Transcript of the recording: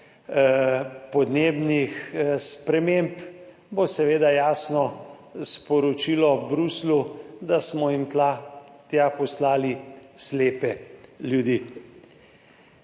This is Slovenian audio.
podnebnih sprememb, bo seveda jasno sporočilo Bruslju, da smo jim tja poslali slepe ljudi.